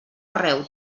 arreu